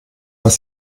was